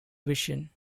vision